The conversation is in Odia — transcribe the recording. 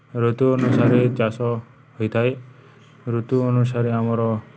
ଋତୁ ଅନୁସାରେ ଚାଷ ହୋଇଥାଏ ଋତୁ ଅନୁସାରେ ଆମର